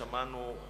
שמענו.